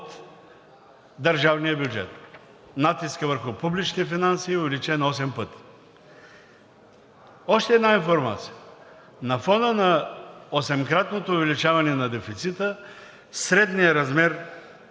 от държавния бюджет. Натискът върху публичните финанси е увеличен осем пъти. Още една информация. На фона на осемкратното увеличаване на дефицита средният размер